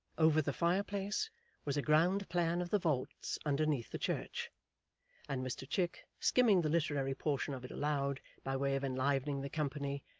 over the fireplace was a ground-plan of the vaults underneath the church and mr chick, skimming the literary portion of it aloud, by way of enlivening the company,